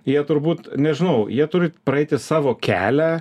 jie turbūt nežinau jie turi praeiti savo kelią